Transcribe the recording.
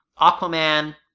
Aquaman